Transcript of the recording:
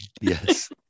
Yes